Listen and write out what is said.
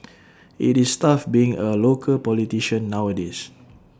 IT is tough being A local politician nowadays